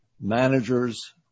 managers